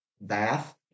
bath